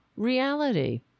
reality